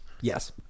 Yes